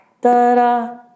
da-da